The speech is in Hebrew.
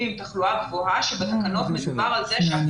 עם תחלואה גבוהה שבתקנות מדובר על כך.